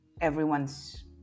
everyone's